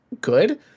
good